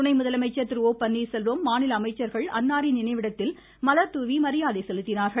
துணை முதலமைச்சர் திரு ஓ பன்னீர்செல்வம் மாநில அமைச்சர்களும் அன்னாரின் நினைவிடத்தில் மலர்தூவி மரியாதை செலுத்தினார்கள்